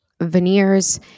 veneers